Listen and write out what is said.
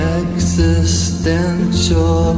existential